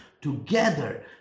together